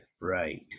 Right